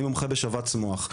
אני מומחה בשבץ מוח,